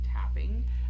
tapping